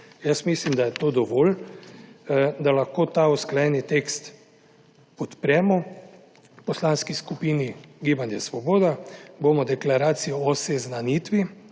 Mislim, da je to dovolj, da lahko ta usklajeni tekst podpremo. V Poslanski skupini Svoboda bomo deklaracijo o seznanitvi